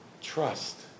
trust